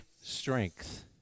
strength